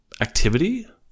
activity